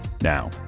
Now